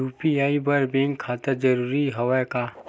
UPI बर bank खाता जरूरी हवय का?